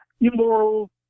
Immoral